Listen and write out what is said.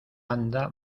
anda